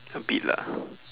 a bit lah